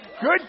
good